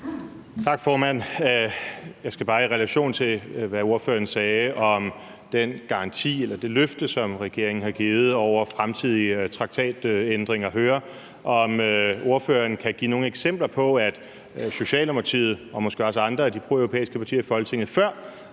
Tak, formand. Jeg skal bare i relation til, hvad ordføreren sagde om den garanti eller det løfte, som regeringen har givet om fremtidige traktatændringer, høre, om ordføreren kan give nogle eksempler på, at Socialdemokratiet og måske også andre af de proeuropæiske partier i Folketinget før